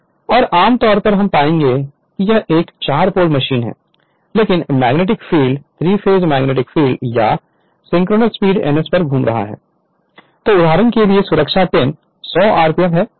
और आमतौर पर हम पाएंगे कि यह एक 4 पोल मशीन है लेकिन magnetic field 3 phase magnetic field यह सिंक्रोनस स्पीड ns पर घूम रहा है जो उदाहरण के लिए सुरक्षा पिन 100 RMP है